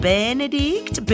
Benedict